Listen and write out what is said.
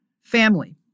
family